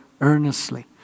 earnestly